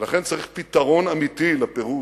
ולכן צריך פתרון אמיתי לפירוז.